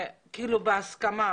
כאילו בהסכמה,